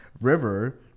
River